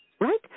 right